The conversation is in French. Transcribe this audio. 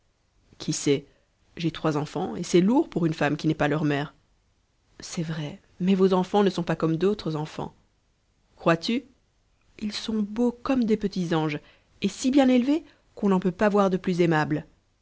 qui sait j'ai trois enfants et c'est lourd pour une femme qui n'est pas leur mère c'est vrai mais vos enfants ne sont pas comme d'autres enfants crois-tu ils sont beaux comme des petits anges et si bien élevés qu'on n'en peut pas voir de plus aimables